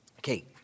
Okay